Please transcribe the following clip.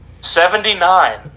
Seventy-nine